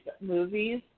movies